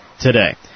today